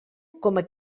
coma